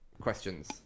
questions